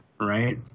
Right